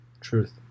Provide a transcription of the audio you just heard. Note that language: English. truth